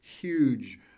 huge